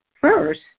first